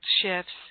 shifts